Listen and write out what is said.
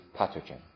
pathogen